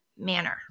manner